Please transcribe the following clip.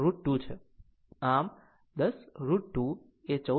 આમ 10 √ 2 એ 14